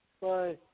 Bye